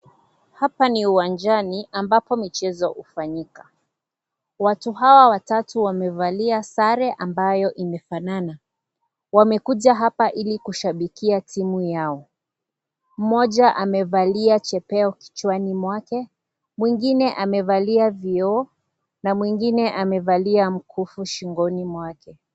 Hapa ni uwanjani ambapo michezo ufanyika. Watu hawa watatu wamevalia sare ambayo imefanana. Wamekuja hapa ili kushabikia timu yao. Mmoja amevalia chepeo kichwani mwake, mwingine amevalia vioo na mwingine amevalia mkufu shingoni mwake.